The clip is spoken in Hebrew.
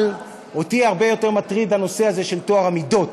אבל אותי הרבה יותר מטריד הנושא הזה של טוהר המידות.